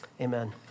Amen